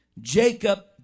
Jacob